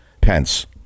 Pence